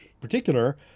particular